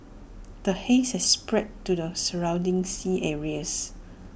the haze has spread to the surrounding sea areas